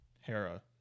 Hera